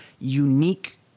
unique